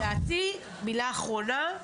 ולדעתי, מילה אחרונה,